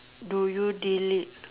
do you delete